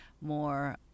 more